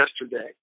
yesterday